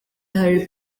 harry